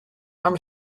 amb